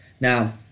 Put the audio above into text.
Now